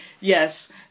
yes